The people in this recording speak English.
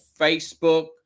Facebook